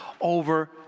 over